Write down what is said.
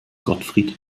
gottfried